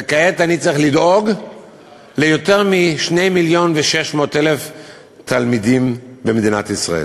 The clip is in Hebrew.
וכעת אני צריך לדאוג ליותר מ-2.6 מיליון תלמידים במדינת ישראל.